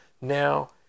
Now